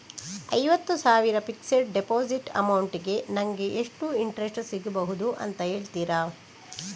ಐವತ್ತು ಸಾವಿರ fixed deposit amount ಗೆ ನಂಗೆ ಎಷ್ಟು ಇಂಟ್ರೆಸ್ಟ್ ಸಿಗ್ಬಹುದು ಅಂತ ಹೇಳ್ತೀರಾ?